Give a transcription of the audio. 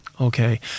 Okay